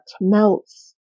melts